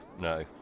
no